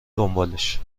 دنبالش